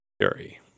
Jerry